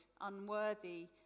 unworthy